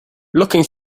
looking